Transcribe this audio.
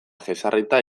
jesarrita